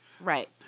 Right